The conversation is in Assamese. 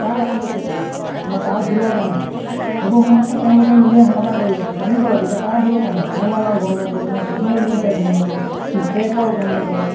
কাৰ কাফিলতীৰ কাৰণে হয় বা কাৰ ভুলৰ কাৰণে হয় সেইবোৰ সমস্যা তেওঁলোকে নিজে কৰিব লাগে জানিব লাগে যে কাৰ ভুলৰ কাৰণে লাইন মেনৰ গন্দগোল নে ছিগনেল দিওঁতে গন্দগোল ট্ৰেকৰ গন্দগোল